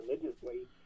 religiously